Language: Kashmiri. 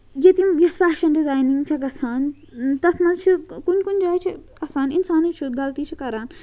ییٚتہِ یِم یۄس فیشَن ڈِزاینِنٛگ چھےٚ گژھان تَتھ مَنٛز چھِ کُنہِ کُنہِ جایہِ چھِ آسان اِنسانٕے چھُ غلطی چھِ کَران